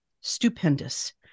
Stupendous